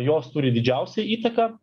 jos turi didžiausią įtaką